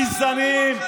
גזענים.